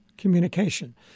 Communication